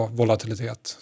volatilitet